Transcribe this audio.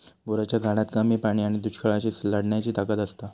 बोराच्या झाडात कमी पाणी आणि दुष्काळाशी लढण्याची ताकद असता